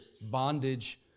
bondage